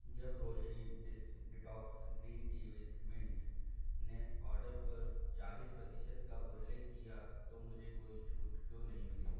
जब रोशी डिस detox green tea with mint ने आर्डर पर चालीस प्रतिशत का उल्लेख किया तो मुझे कोई छूट क्यों नहीं मिली